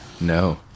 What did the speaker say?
No